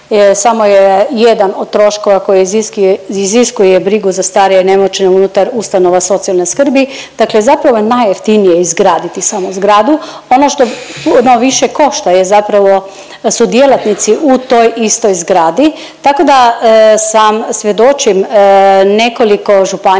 samo je jedan od troškova koji iziskuje brigu za starije i nemoćne unutar ustanova socijalne skrbi. Dakle zapravo je najjeftinije izgraditi samo zgradu. Ono što puno više košta je zapravo su djelatnici u toj istoj zgradi, tako da sam, svjedočim nekoliko županija